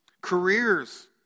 Careers